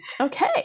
Okay